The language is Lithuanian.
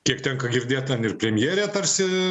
kiek tenka girdėt ten ir premjerė tarsi